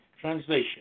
translation